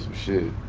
shit.